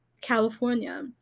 California